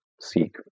seek